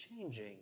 changing